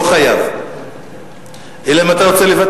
לא חייב, אלא אם אתה רוצה לוותר.